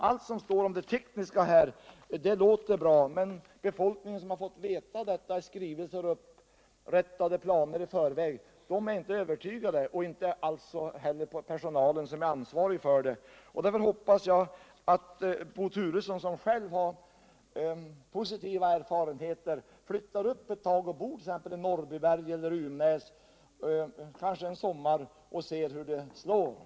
Alla de besked av teknisk natur som lämnas låter bra. men de uppgifter som befolkningen fått genom skrivelser och i förväg upprättade planer har inte övertygat den och alltså inte heller den ansvariga personalen. Därför hoppas jag att Bo Turesson, som själv har positiva erfarenheter av postväsksystemet, någon tid — kanske en sommar-— ville resa upp till detta område och bo ett slag t.ex. i Norrbyberg eller Uvnäs och se hur systemet slår där uppe.